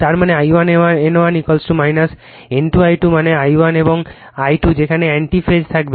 তার মানে I1 N1 N2 I2 মানে I1 এবং I2 সেখানে অ্যান্টি ফেজ থাকবে